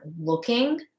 looking